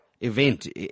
event